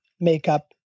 makeup